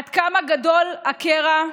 עד כמה גדול הקרע,